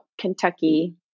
Kentucky